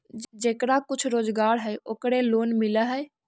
जेकरा कुछ रोजगार है ओकरे लोन मिल है?